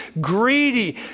greedy